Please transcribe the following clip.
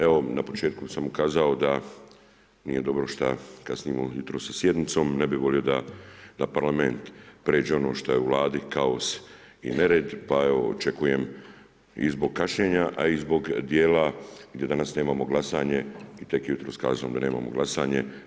Evo na početku sam ukazao da nije dobro šta kasnimo jutros sa sjednicom, ne bih volio da Parlament pređe ono šta je u Vladi kaos i nered pa evo očekujem i zbog kašnjenja a i zbog dijela gdje danas nemamo glasanje i tek je jutros kazano da nemamo glasanje.